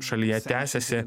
šalyje tęsiasi